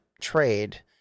trade